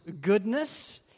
goodness